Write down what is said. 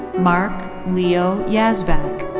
mark leo yazbak.